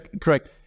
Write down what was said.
correct